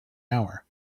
hour